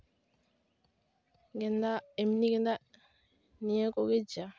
ᱜᱮᱸᱫᱟᱜ ᱮᱢᱱᱤ ᱜᱮᱸᱫᱟᱜ ᱱᱤᱭᱟᱹᱠᱚᱜᱮ ᱡᱟ